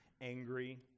angry